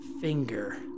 finger